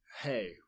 hey